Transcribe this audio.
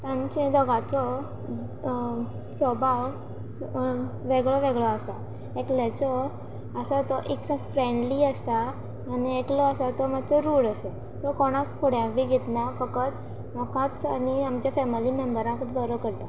तांचें दोगांचो स्वभाव वेगळो वेगळो आसा एकल्याचो आसा तो एक फ्रेंडली आसा आनी एकलो आसा तो मातसो रूड असो तो कोणाक फुड्यान बी घेना फकत म्हाकाच आनी आमच्या फॅमिली मेम्बरांकच बरो करता